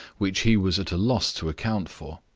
which he was at a loss to account for.